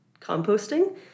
composting